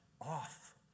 Off